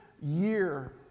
year